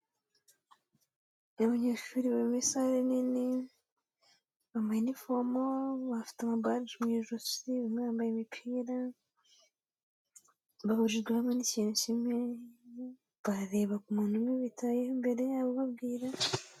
Abanyeshuri bari muri sale nini, bambaye inifomo, bafite amabaji mu ijosi, bamwe bambaye imipira, bahurijwe hamwe n'ikintu kimwe, barareba umuntu umwe ubitayeho imbere yabo babwira.